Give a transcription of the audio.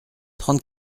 trente